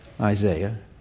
Isaiah